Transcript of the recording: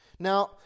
Now